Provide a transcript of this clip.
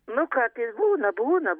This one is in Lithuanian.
nu kartais būna būna